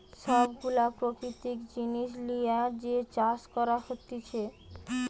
সব গুলা প্রাকৃতিক জিনিস লিয়ে যে চাষ করা হতিছে